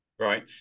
Right